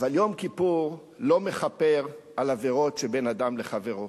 אבל יום כיפור לא מכפר על עבירות שבין אדם לחברו.